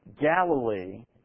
Galilee